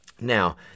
Now